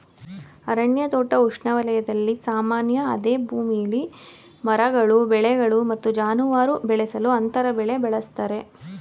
ಅರಣ್ಯ ತೋಟ ಉಷ್ಣವಲಯದಲ್ಲಿ ಸಾಮಾನ್ಯ ಅದೇ ಭೂಮಿಲಿ ಮರಗಳು ಬೆಳೆಗಳು ಮತ್ತು ಜಾನುವಾರು ಬೆಳೆಸಲು ಅಂತರ ಬೆಳೆ ಬಳಸ್ತರೆ